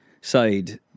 side